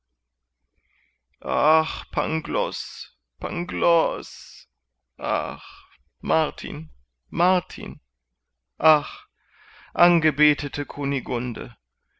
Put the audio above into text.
ach pangloß pangloß ach martin martin ach angebetete kunigunde